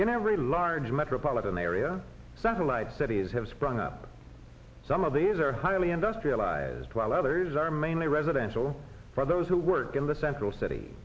in every large metropolitan area satellite cities have sprung up some of these are highly industrialized while others are mainly residential for those who work in the central city